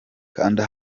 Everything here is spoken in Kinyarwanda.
kanda